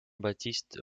baptiste